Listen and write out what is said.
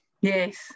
Yes